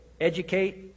educate